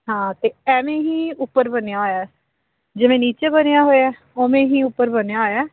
ਹਾਂ ਅਤੇ ਐਂਵੇ ਹੀ ਉੱਪਰ ਬਣਿਆ ਹੋਇਆ ਜਿਵੇਂ ਨੀਚੇ ਬਣਿਆ ਹੋਇਆ ਉਵੇਂ ਹੀ ਉੱਪਰ ਬਣਿਆ ਹੋਇਆ ਹੈ